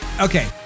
Okay